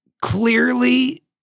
clearly